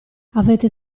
avete